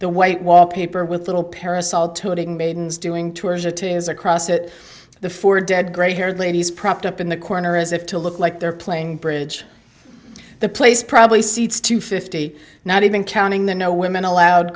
the white wallpaper with little parasol toting maidens doing tours of teams across it the four dead grey haired ladies propped up in the corner as if to look like they're playing bridge the place probably seats two fifty not even counting the no women allowed